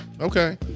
Okay